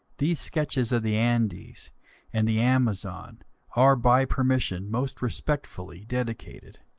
these sketches of the andes and the amazon are, by permission, most respectfully dedicated.